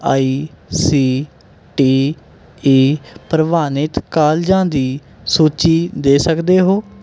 ਆਈ C T E ਪ੍ਰਵਾਨਿਤ ਕਾਲਜਾਂ ਦੀ ਸੂਚੀ ਦੇ ਸਕਦੇ ਹੋ